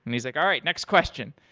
and he's like, all right, next question.